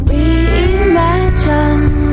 Reimagine